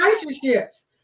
relationships